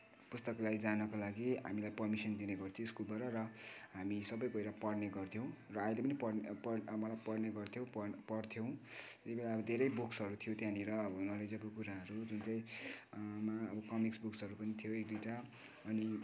पुस्तकालय जानको लागि हामीलाई पर्मिसन दिने गर्थ्यो स्कुलबाट र हामी सबै गएर पढ्ने गर्थ्यौँ र अहिले पनि पढ्ने पढ मतलब पढ्ने गर्थ्यौँ पढ पढ्थ्यौँ त्यही भएर धेरै बुक्सहरू थियो त्यहाँनिर अब नलेजहरूको कुराहरू जुन चाहिँमा अब कसिक्स बुक्सहरू पनि थियो एक दुईवटा अनि